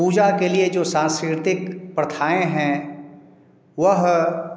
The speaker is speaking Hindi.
पूजा के लिए जो सांस्कृतिक प्रथाएँ हैं वह